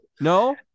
No